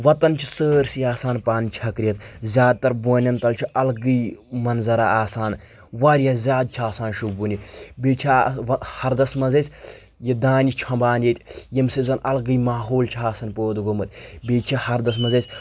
وَتان چھِ سٲرسٕے آسان پَن چھٮ۪کرِتھ زیادٕ تر بونؠن تَل چھُ الگٕے منظرا آسان واریاہ زیادٕ چھِ آسان شُوبوٕنہِ بییٚہِ چھِ ہَردَس منٛز أسۍ یہِ دانہِ چھوٚمبان ییٚتہِ ییٚمہِ سۭتۍ زن الگٕے ماحول چھِ آسن پٲدٕ گوٚمُت بییٚہِ چھِ ہَردَس منٛز اَسہِ